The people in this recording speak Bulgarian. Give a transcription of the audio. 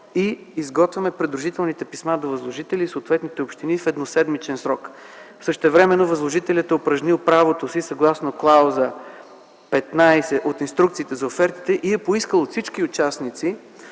и изготвяме придружителните писма до възложителя и съответните общини в едноседмичен срок. Същевременно възложителят е упражнил правото си, съгласно клауза 15 от Инструкциите за офертите и е поискал от всички участници